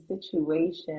situation